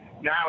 now